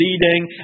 leading